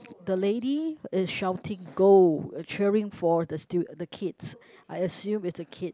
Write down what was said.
the lady is shouting go and cheering for the stu~ the kids I assume it's the kid